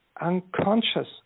unconscious